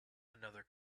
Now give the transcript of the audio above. another